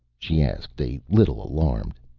she asked, a little alarmed.